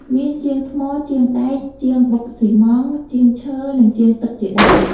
មានជាងថ្ម ជាងដែក ជាងបូកស៊ីម៉ង់ត៍ ជាងឈើ និងជាងទឹកជាដើម។